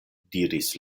diris